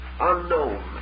unknown